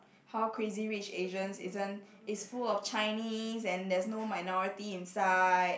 how Crazy-Rich-Asians isn't it's full of Chinese and there's no minority inside